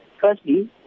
Firstly